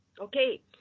Okay